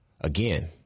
again